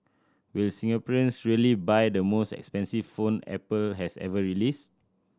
will Singaporeans really buy the most expensive phone Apple has ever released